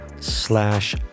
slash